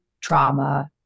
trauma